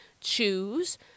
choose